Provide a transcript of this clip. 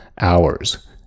hours